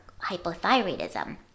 hypothyroidism